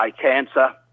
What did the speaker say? cancer